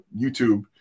YouTube